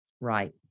Right